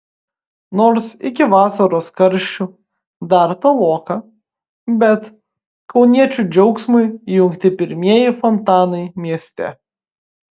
nors iki vasaros karščių dar toloka bet kauniečių džiaugsmui įjungti pirmieji fontanai mieste